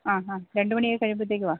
ആ ആ രണ്ട് മണിയൊക്കെ കഴിയുമ്പോഴത്തേക്ക് വാ